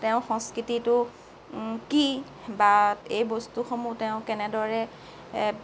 তেওঁৰ সংস্কৃতিটো কি বা এই বস্তুসমূহ তেওঁ কেনেদৰে